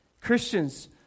Christians